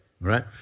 right